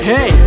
Hey